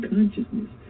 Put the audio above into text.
Consciousness